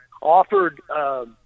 offered